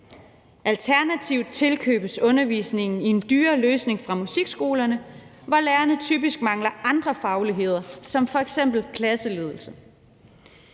Alternativt tilkøbes undervisningen i en dyrere løsning fra musikskolerne, hvor lærerne typisk mangler andre fagligheder som f.eks. klasseledelse.